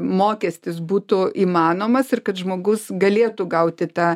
mokestis būtų įmanomas ir kad žmogus galėtų gauti tą